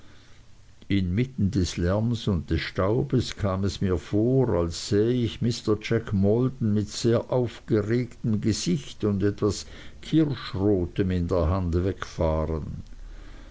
inmitten des lärms und des staubes kam es mir vor als sähe ich mr jack maldon mit sehr aufgeregtem gesicht und etwas kirschrotes in der hand wegfahren